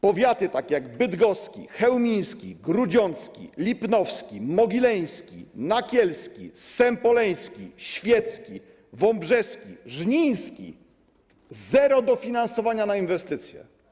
Powiaty takie jak bydgoski, chełmiński, grudziądzki, lipnowski, mogileński, nakielski, sępoleński, świecki, wąbrzeski, żniński - zero dofinansowania na inwestycje.